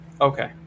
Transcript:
Okay